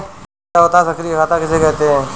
कृपया बताएँ सक्रिय खाता किसे कहते हैं?